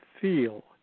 feel